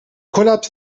kollaps